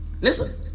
listen